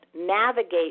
navigate